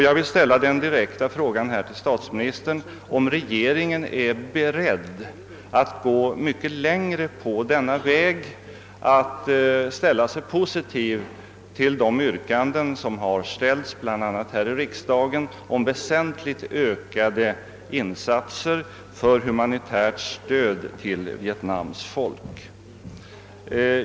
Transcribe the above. Jag vill fråga statsministern om regeringen är beredd att gå mycket längre på denna väg, att ställa sig positiv till de yrkanden som har ställts bl.a. här i riksdagen om väsentligt ökade insatser för humanitärt stöd till Vietnams folk.